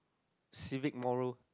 civic moral